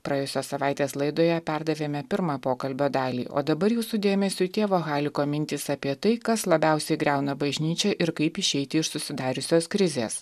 praėjusios savaitės laidoje perdavėme pirmą pokalbio dalį o dabar jūsų dėmesiui tėvo haliko mintys apie tai kas labiausiai griauna bažnyčią ir kaip išeiti iš susidariusios krizės